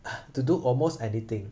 to do almost anything